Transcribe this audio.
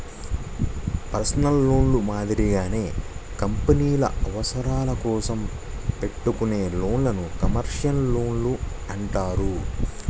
personal లోన్లు మాదిరిగానే కంపెనీల అవసరాల కోసం పెట్టుకునే లోన్లను కమర్షియల్ లోన్లు అంటారు